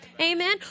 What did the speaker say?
Amen